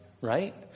right